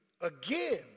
again